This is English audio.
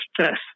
stress